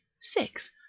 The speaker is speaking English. Six